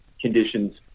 conditions